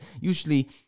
Usually